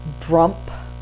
Drump